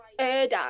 Erdan